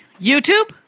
YouTube